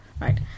Right